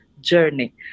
journey